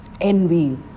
envy